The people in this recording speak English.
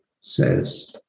says